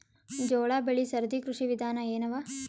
ಜೋಳ ಬೆಳಿ ಸರದಿ ಕೃಷಿ ವಿಧಾನ ಎನವ?